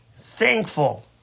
thankful